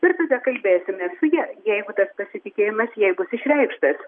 ir tada kalbėsimės su ja jeigu tas pasitikėjimas jai bus išreikštas